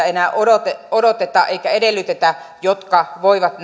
enää odoteta odoteta eikä edellytetä niiltä taustayhteisöiltä jotka voivat